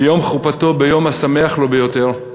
ביום חופתו, ביום השמח ביותר שלו,